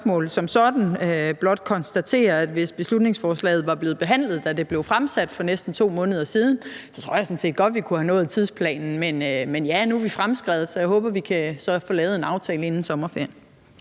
men blot konstatere, at hvis beslutningsforslaget var blevet behandlet, da det blev fremsat for næsten 2 måneder siden, tror jeg sådan set godt, at vi kunne have holdt tidsplanen. Men ja, nu er tiden fremskreden, men jeg håber, at vi kan få lavet en aftale inden sommerferien.